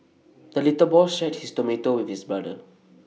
the little boy shared his tomato with his brother